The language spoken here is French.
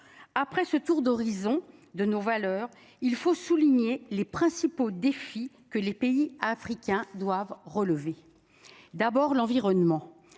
Après ce tour d'horizon de nos valeurs. Il faut souligner les principaux défis que les pays africains doivent relever d'abord l'environnement.